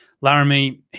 Laramie